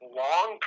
long